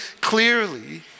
clearly